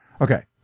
Okay